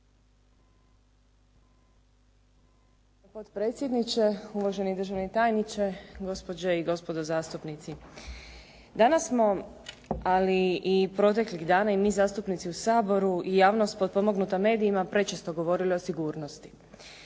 potpredsjedniče, uvaženi državni tajniče, gospođe i gospodo zastupnici. Danas smo, ali i proteklih dana i mi zastupnici u Saboru i javnost potpomognuta medijima prečisto govorili o sigurnosti.